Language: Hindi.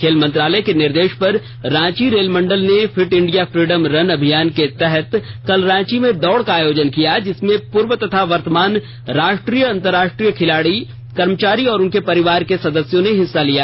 खेल मंत्रालय के निर्देश पर रांची रेल मंडल ने फिट इंडिया फ्रीडम रन अभियान के तहत कल रांची में दौड़ का आयोजन किया जिसमें पूर्व तथा वर्तमान राष्ट्रीय अंतरराष्ट्रीय खिलाड़ी कर्मचारी और उनके परिवार के सदस्यों ने हिस्सा लिया